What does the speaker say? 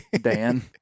dan